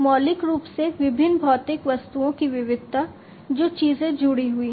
मौलिक रूप से विभिन्न भौतिक वस्तुओं की विविधता जो चीजें जुड़ी हुई हैं